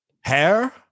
hair